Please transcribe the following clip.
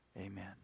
Amen